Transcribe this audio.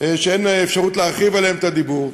שאין אפשרות להרחיב עליהן את הדיבור,